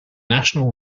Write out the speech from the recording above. national